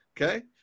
Okay